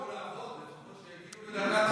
שילכו לעבוד, לפחות שיגיעו לדרגת המס.